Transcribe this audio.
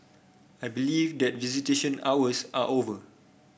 I believe that visitation hours are over